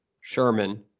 Sherman